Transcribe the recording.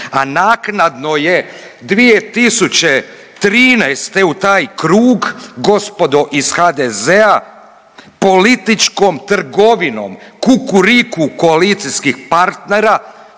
a naknadno je 2013. u taj krug gospodo iz HDZ-a političkom trgovinom Kukuriku koalicijskih partnera